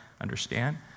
understand